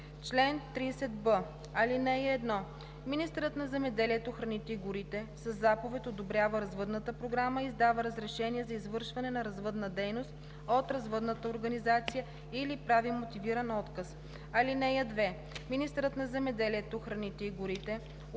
Чл. 30б. (1) Министърът на земеделието, храните и горите със заповед одобрява развъдната програма и издава разрешение за извършване на развъдна дейност от развъдната организация или прави мотивиран отказ. (2) Министърът на земеделието, храните и горите